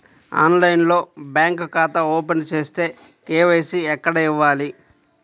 ఆన్లైన్లో బ్యాంకు ఖాతా ఓపెన్ చేస్తే, కే.వై.సి ఎక్కడ ఇవ్వాలి?